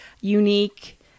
unique